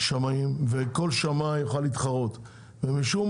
שמאים וכל שמאי יוכל להתחרות ומשום